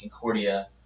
Concordia